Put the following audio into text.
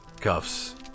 cuffs